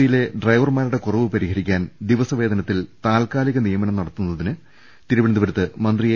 സിയിലെ ഡ്രൈവർമാരുടെ കുറവ് പരിഹ രിക്കാൻ ദിവസവേതനത്തിൽ താൽക്കാലിക നിയമനം നടത്തുന്നതിന് തിരുവനന്തപുരത്ത് മന്ത്രി എ